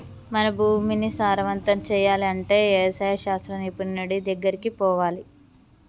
మన భూమిని సారవంతం చేయాలి అంటే వ్యవసాయ శాస్త్ర నిపుణుడి దెగ్గరికి పోవాలి